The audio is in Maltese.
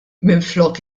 minflok